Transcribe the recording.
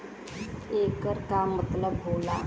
येकर का मतलब होला?